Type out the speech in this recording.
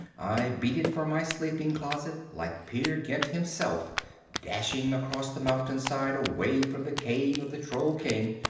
i beat it for my sleeping closet like peer gynt himself dashing across the mountainside away from the cave of the troll king,